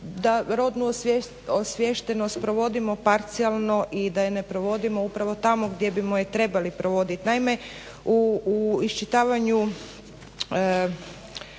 da rodnu osviještenost provodimo parcijalno i da je ne provodimo upravo tamo gdje bimo je trebali provoditi.